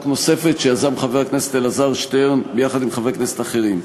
נוספת שיזם חבר הכנסת אלעזר שטרן ביחד עם חברי כנסת אחרים.